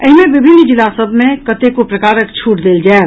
एहि मे विभिन्न जिला सभ मे कतेको प्रकारक छूट देल जायत